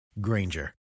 Granger